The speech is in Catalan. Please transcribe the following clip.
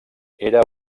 era